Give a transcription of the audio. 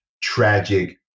tragic